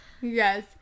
yes